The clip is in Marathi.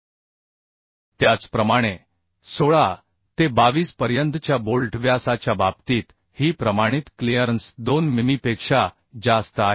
5 गुणिले d जेथे d हा बोल्टचा व्यास आहे त्याचप्रमाणे 16 ते 22 पर्यंतच्या बोल्ट व्यासाच्या बाबतीत ही प्रमाणित क्लिअरन्स 2 मिमीपेक्षा जास्त आहे